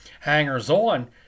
hangers-on